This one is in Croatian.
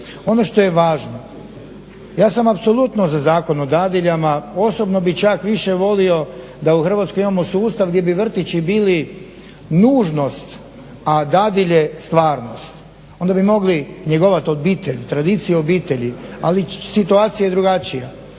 Ono što je važno, ja sam apsolutno za Zakon o dadiljama, osobno bih čak više volio da u Hrvatskoj imamo sustav gdje bi vrtići bili nužnost, a dadilje stvarnost. Onda bi mogli njegovati obitelj, tradiciju obitelji. Ali, situacija je drugačija.